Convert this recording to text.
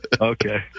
Okay